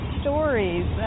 stories